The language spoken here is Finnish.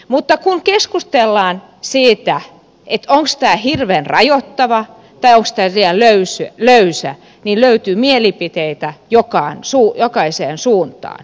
mutta kun keskustellaan siitä onko tämä hirveän rajoittava tai onko tämä liian löysä niin löytyy mielipiteitä jokaiseen suuntaan